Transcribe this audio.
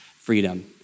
freedom